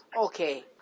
Okay